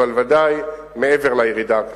אבל ודאי מעבר לירידה הכללית.